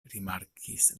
rimarkis